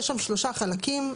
יש שם שלושה חלקים.